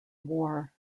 war